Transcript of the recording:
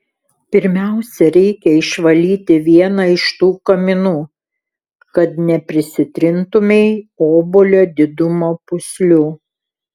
pirmiausia reikia išvalyti vieną iš tų kaminų kad neprisitrintumei obuolio didumo pūslių